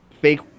fake